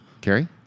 Carrie